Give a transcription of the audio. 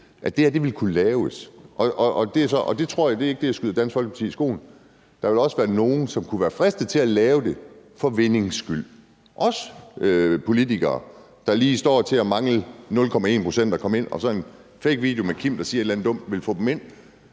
man kan se forskel. Og det er ikke det, jeg skyder Dansk Folkeparti i skoen. Der vil også være nogle, som kunne være fristede til at lave det for vindings skyld, også politikere, der lige står til at mangle 0,1 pct. for at komme ind, og så en fake video med Kim, der siger et eller andet dumt, vil få dem ind.